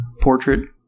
portrait